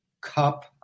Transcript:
Cup